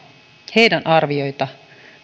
heidän arvioitaan